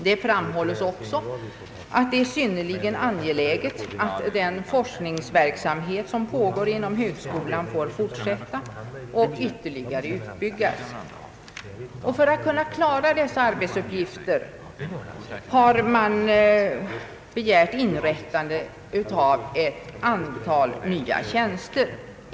Det framhålles också som synnerligen angeläget att den forskningsverksamhet som pågår inom högskolan får fortsätta och ytterligare utbyggas. För att kunna klara dessa arbetsuppgifter har man begärt inrättande av ett antal nya tjänster.